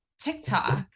TikTok